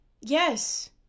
Yes